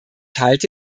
halte